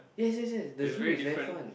yes yes yes the zoo is very fun